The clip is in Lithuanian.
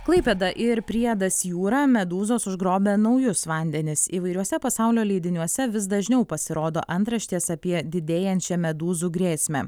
klaipėda ir priedas jūra medūzos užgrobia naujus vandenis įvairiuose pasaulio leidiniuose vis dažniau pasirodo antraštės apie didėjančią medūzų grėsmę